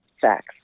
sex